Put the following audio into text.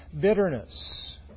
bitterness